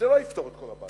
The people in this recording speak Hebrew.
זה לא יפתור את כל הבעיה.